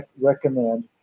recommend